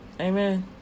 Amen